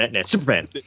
Superman